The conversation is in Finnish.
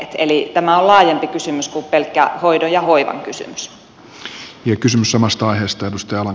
eli tämä on laajempi kysymys kuin pelkkä hoidon ja hoivan kysymys